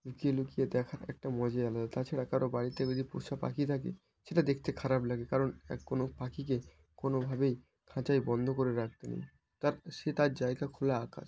লুকিয়ে লুকিয়ে দেখার একটা মজাই আলাদা তাছাড়া কারও বাড়িতে যদি পোষা পাখি থাকে সেটা দেখতে খারাপ লাগে কারণ এক কোনো পাখিকে কোনোভাবেই খাঁচায় বন্ধ করে রাখতে নেই তার সে তার জায়গা খোলা আকাশ